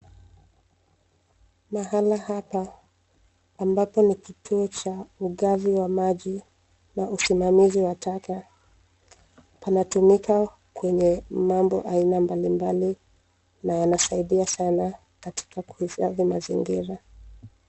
Mahala hapa ambapo ni kituo cha ugavi wa maji na usimamizi wa taka. Panatumika kwenye mambo aina mbalimbali na yanasaidia sana katika kuhifadhi mazingira.